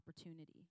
opportunity